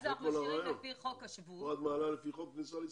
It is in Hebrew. פה את מעלה לפי חוק הכניסה לישראל.